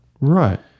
Right